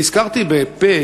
ונזכרתי בפ'